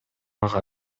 ага